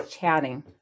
chatting